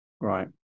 Right